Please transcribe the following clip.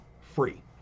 free